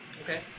Okay